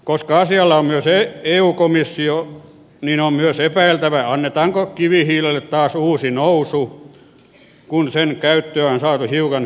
koska asialla on myös eu komissio niin on myös epäiltävä annetaanko kivihiilelle taas uusi nousu kun sen käyttöä on saatu hiukan hillittyä